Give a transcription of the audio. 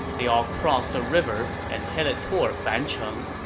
they all crossed the river and headed toward fancheng,